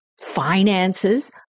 finances